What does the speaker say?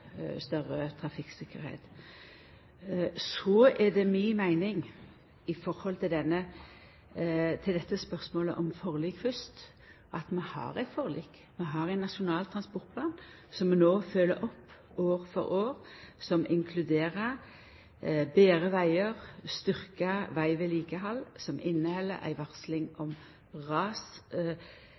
større trafikktryggleik. Så er det mi meining når det gjeld dette spørsmålet om forlik, fyrst: Vi har eit forlik, vi har ein nasjonal transportplan som vi no følgjer opp år for år som inkluderer betre vegar og styrkt vegvedlikehald, som inneheld ei varsling om